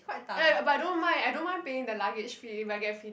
ya but I don't mind I don't mind paying the luggage fee if I get free t_v